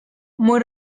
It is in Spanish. muy